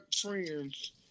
friends